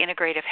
Integrative